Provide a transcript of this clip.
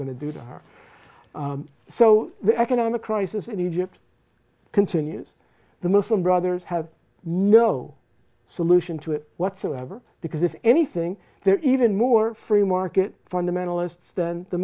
going to do to her so the economic crisis in egypt continues the muslim brothers have no solution to it whatsoever because if anything they're even more free market fundamentalists than the